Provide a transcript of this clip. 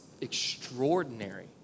extraordinary